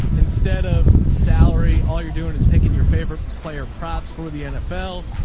instead of salary, all you're doing is picking your favorite player props for the nfl.